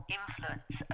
influence